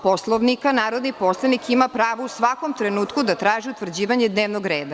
Poslovnika, narodni poslanik ima pravo u svakom trenutku da traži utvrđivanje dnevnog reda.